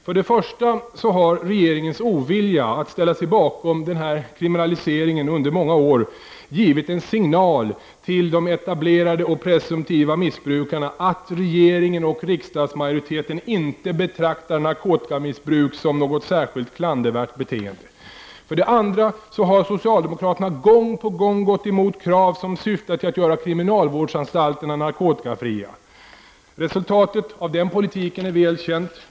För det första har regeringens ovilja att ställa sig bakom en effektiv kriminalisering givit en signal till de etablerade och presumtiva missbrukarna att regeringen och riksdagsmajoriteten inte betraktar narkotikamissbruk som något särskilt klandervärt beteende. För det andra har socialdemokraterna gång på gång gått emot krav som syftar till att göra kriminalvårdsanstalterna narkotikafria. Resultatet av den politiken är väl känt.